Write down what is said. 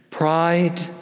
Pride